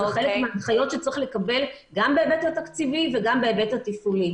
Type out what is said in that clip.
זה חלק מההנחיות שצריך לקבל גם בהיבט תקציבי וגם בהיבט התפעולי.